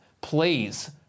please